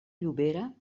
llobera